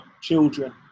children